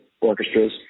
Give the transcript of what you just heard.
orchestras